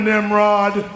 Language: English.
Nimrod